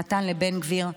נתן לבן גביר,